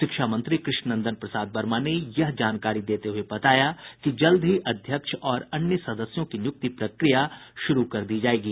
शिक्षा मंत्री कृष्णनंदन प्रसाद वर्मा ने यह जानकारी देते हुये बताया कि जल्द ही अध्यक्ष और अन्य सदस्यों की नियुक्ति प्रक्रिया शुरू कर दी जायेगी